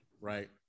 right